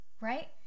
Right